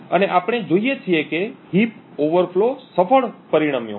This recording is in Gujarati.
અને આપણે જોઈએ છીએ કે હીપ ઓવરફ્લો સફળ પરિણમ્યો